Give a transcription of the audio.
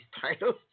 titles